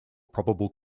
probable